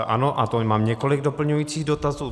Ano, mám několik doplňujících dotazů.